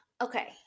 Okay